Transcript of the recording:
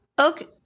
Okay